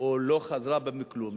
או לא חזרה בה מכלום,